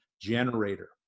generator